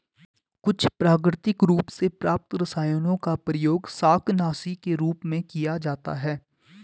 कुछ प्राकृतिक रूप से प्राप्त रसायनों का प्रयोग शाकनाशी के रूप में किया जाता है